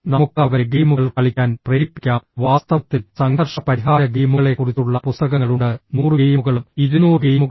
നമുക്ക് അവരെ ഗെയിമുകൾ കളിക്കാൻ പ്രേരിപ്പിക്കാം വാസ്തവത്തിൽ സംഘർഷ പരിഹാര ഗെയിമുകളെക്കുറിച്ചുള്ള പുസ്തകങ്ങളുണ്ട് 100 ഗെയിമുകളും 200 ഗെയിമുകളും